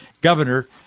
governor